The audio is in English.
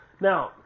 Now